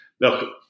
look